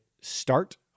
start